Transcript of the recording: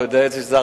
אתה יודע את זה,